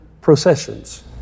processions